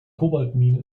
kobaltmine